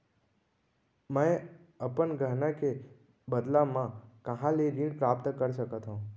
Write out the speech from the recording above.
मै अपन गहना के बदला मा कहाँ ले ऋण प्राप्त कर सकत हव?